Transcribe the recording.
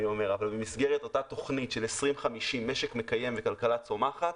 במסגרת אותה תוכנית של 2050 משק מקיים וכלכלה צומחת,